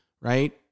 right